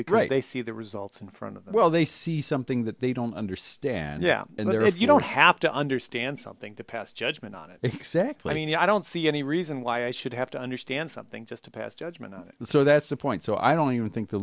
right they see the results in front of well they see something that they don't understand yeah and if you don't have to understand something to pass judgment on it exactly i mean i don't see any reason why i should have to understand something just to pass judgment on it and so that's a point so i don't even think the